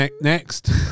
next